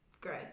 Great